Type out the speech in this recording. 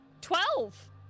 Twelve